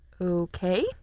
Okay